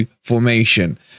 Formation